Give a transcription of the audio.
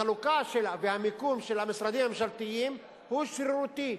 החלוקה והמיקום של המשרדים הממשלתיים הם שרירותיים,